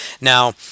Now